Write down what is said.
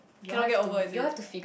cannot get over is it